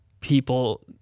people